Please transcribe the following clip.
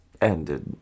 ended